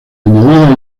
añadidas